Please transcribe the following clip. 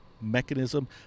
mechanism